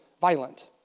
violent